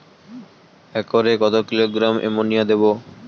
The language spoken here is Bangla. একরে কত কিলোগ্রাম এমোনিয়া দেবো?